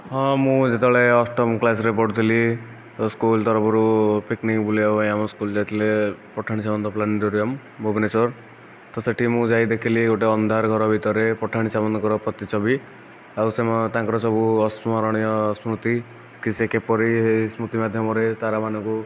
ହଁ ମୁଁ ଯେତେବେଳେ ଅଷ୍ଟମ କ୍ଲାସରେ ପଢ଼ୁଥିଲି ତ ସ୍କୁଲ ତରଫରୁ ପିକ୍ନିକ୍ ବୁଲାଇବା ପାଇଁ ଆମ ସ୍କୁଲ ଯାଇଥିଲେ ପଠାଣି ସାମନ୍ତ ପ୍ଲାନେଟୋରିୟମ ଭୁବନେଶ୍ୱର ତ ସେଠିକି ମୁଁ ଯାଇ ଦେଖିଲି ଗୋଟିଏ ଅନ୍ଧାର ଘର ଭିତରେ ପଠାଣି ସାମନ୍ତଙ୍କର ପ୍ରତିଛବି ଆଉ ସମ ତାଙ୍କର ସବୁ ଅସ୍ମରଣୀୟ ସ୍ମୃତି କି ସେ କିପରି ଏହି ସ୍ମୃତି ମାଧ୍ୟମରେ ତାରା ମାନଙ୍କୁ